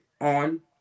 on